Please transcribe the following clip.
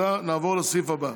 נעבור לסעיף הבא.